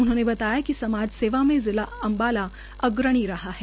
उन्होंने बताया कि समाज सेवा में जिला अम्बाला अग्रण्ी रहा है